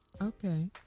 Okay